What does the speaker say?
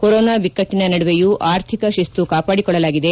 corona ಬಿಕ್ಕಟ್ಟನ ನಡುವೆಯೂ ಆರ್ಥಿಕ ಶಿಸ್ತು ಕಾಪಾಡಿಕೊಳ್ಳಲಾಗಿದೆ